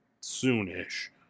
Soon-ish